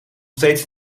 steeds